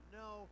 no